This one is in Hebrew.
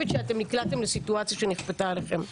שאתם נקלעתם לסיטואציה שנכפתה עליכם.